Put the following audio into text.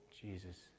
Jesus